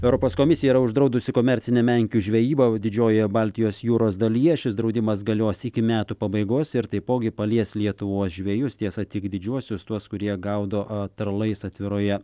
europos komisija yra uždraudusi komercinę menkių žvejybą o didžiojoje baltijos jūros dalyje šis draudimas galios iki metų pabaigos ir taipogi palies lietuvos žvejus tiesa tik didžiuosius tuos kurie gaudo tralais atviroje